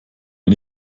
wir